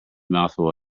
mouthful